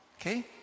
Okay